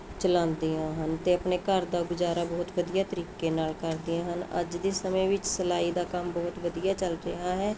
ਚਲਾਉਂਦੀਆਂ ਹਨ ਅਤੇ ਆਪਣੇ ਘਰ ਦਾ ਗੁਜ਼ਾਰਾ ਬਹੁਤ ਵਧੀਆ ਤਰੀਕੇ ਨਾਲ ਕਰਦੀਆਂ ਹਨ ਅੱਜ ਦੀ ਸਮੇਂ ਵਿੱਚ ਸਿਲਾਈ ਦਾ ਕੰਮ ਬਹੁਤ ਵਧੀਆ ਚੱਲ ਰਿਹਾ ਹੈ